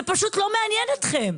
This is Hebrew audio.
זה פשוט לא מעניין אתכם.